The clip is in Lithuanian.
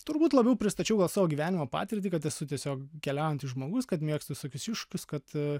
turbūt labiau pristačiau gal savo gyvenimo patirtį kad esu tiesiog keliaujantis žmogus kad mėgstu visokius iššūkius kad